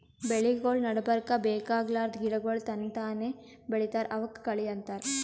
ಬೆಳಿಗೊಳ್ ನಡಬರ್ಕ್ ಬೇಕಾಗಲಾರ್ದ್ ಗಿಡಗೋಳ್ ತನಕ್ತಾನೇ ಬೆಳಿತಾವ್ ಅವಕ್ಕ ಕಳಿ ಅಂತಾರ